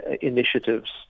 initiatives